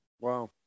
Wow